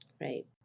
right